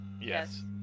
Yes